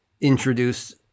introduce